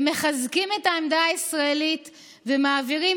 "הם מחזקים את העמדה הישראלית ומעבירים